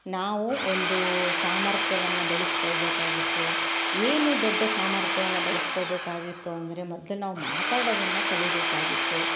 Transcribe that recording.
ನಾವು ಒಂದು ಸಾಮರ್ಥ್ಯವನ್ನು ಬೆಳೆಸ್ಕೊಳ್ಬೇಕಾಗಿತ್ತು ಏನು ದೊಡ್ಡ ಸಾಮರ್ಥ್ಯವನ್ನು ಬೆಳೆಸ್ಕೋಬೇಕಾಗಿತ್ತು ಅಂದರೆ ಮೊದ್ಲು ನಾವು ಮಾತಾಡೊದನ್ನು ಕಲಿಯಬೇಕಾಗಿತ್ತು